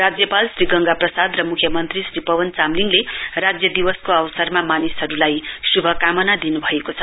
राज्यपाल श्री गंगा प्रसाद र म्ख्यमन्त्री श्री पवन चामलिङले राज्य दिवसको अवसरमा मानिसहरुलाई श्भकामना दिन्भएको छ